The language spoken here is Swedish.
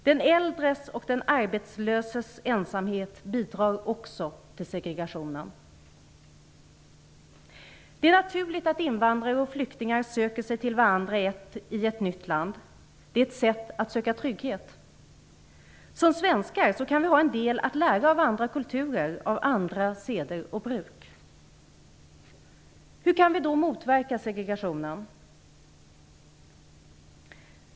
Den äldres och den arbetslöses ensamhet bidrar också till segregationen. Det är naturligt att invandrare och flyktingar söker sig till varandra i ett nytt land. Det är ett sätt att söka trygghet. Som svenskar kan vi ha en hel del att lära av andra kulturer, andra seder och bruk. Hur kan vi då motverka segregationen?